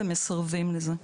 אך מסרבים לזה.